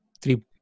three